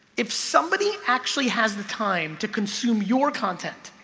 if somebody actually has the time to consume your content